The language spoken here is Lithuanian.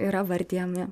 yra vardijami